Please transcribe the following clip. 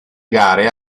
gare